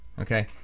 Okay